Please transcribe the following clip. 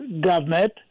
government